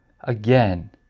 again